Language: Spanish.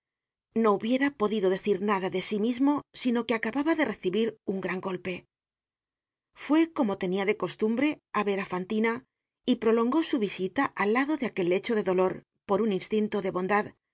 no hubiera podido decir nada de sí mismo sino que acababa de recibir un gran golpe fue como tenia de costumbre á ver á fantina y prolongó su visita al lado de aquel lecho de dolor por un instinto de bondad